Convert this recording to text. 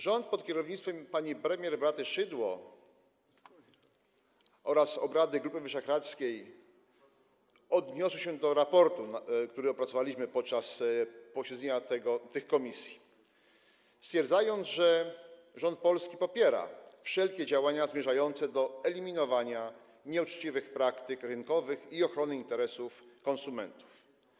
Rząd pod kierownictwem pani premier Beaty Szydło oraz obradujący w Grupie Wyszehradzkiej odnieśli się do raportu, który opracowaliśmy podczas posiedzenia tych komisji, stwierdzając, że polski rząd popiera wszelkie działania zmierzające do eliminowania nieuczciwych praktyk rynkowych i ochrony interesów konsumentów.